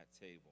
table